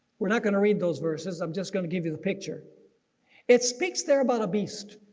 we're not going to read those verses i'm just gonna give you the picture it speaks there about a beast.